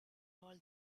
all